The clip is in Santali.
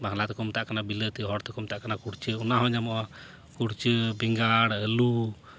ᱵᱟᱝᱞᱟ ᱛᱮᱠᱚ ᱢᱮᱛᱟᱜ ᱠᱟᱱᱟ ᱵᱤᱞᱟᱹᱛᱤ ᱦᱚᱲ ᱛᱮᱠᱚ ᱢᱮᱛᱟᱜ ᱠᱟᱱᱟ ᱠᱩᱲᱪᱟᱹ ᱚᱱᱟ ᱦᱚᱸ ᱧᱟᱢᱚᱜᱼᱟ ᱠᱩᱲᱪᱟᱹ ᱵᱮᱸᱜᱟᱲ ᱟᱞᱩ